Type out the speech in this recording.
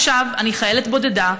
עכשיו אני חיילת בודדה,